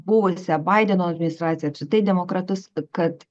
buvusią baideno administraciją apskritai demokratus kad